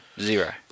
Zero